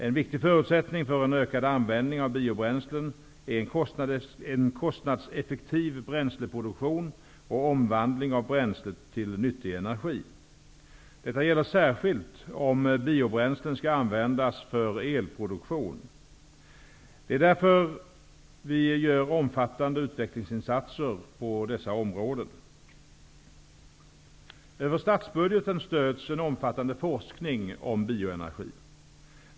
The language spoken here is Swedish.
En viktig förutsättning för en ökad användning av biobränslen är en kostnadseffektiv bränsleproduktion och omvandling av bränslet till nyttig energi. Detta gäller särskilt om biobränslen skall användas för elproduktion. Det är därför vi gör omfattande utvecklingsinsatser på dessa områden. Över statsbudgeten stöds en omfattande forskning om bioenergi.